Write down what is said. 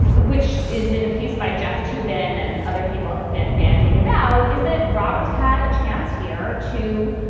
which is in a piece by jeff toobin and other people have been bandying about, is that roberts had a chance here to